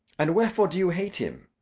and wherefore do you hate him?